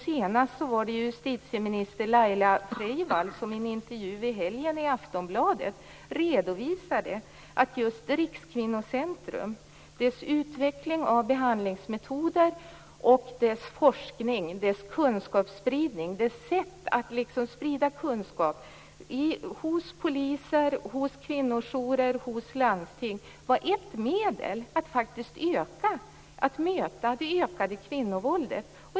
Senast var det justitieminister Laila Freivalds som i en intervju i helgen i Aftonbladet redovisade att just Rikskvinnocentrums utveckling av behandlingsmetoder, forskning, kunskapsspridning och dess sätt att sprida kunskap hos poliser, kvinnojourer och landsting var ett medel att möta det ökade kvinnovåldet.